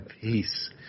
Peace